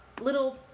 little